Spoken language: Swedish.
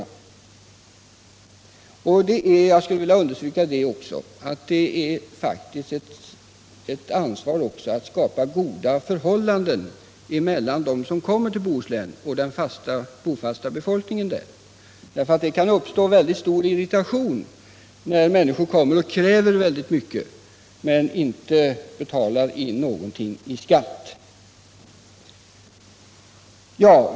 Man måste faktiskt också — jag skulle vilja understryka det — känna ansvar för att skapa goda förhållanden mellan dem som kommer till Bohuslän som turister och den fasta befolkningen. Det kan uppstå stor irritation när människor kräver väldigt mycket men inte betalar någon skatt till kommunen.